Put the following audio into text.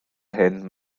hyn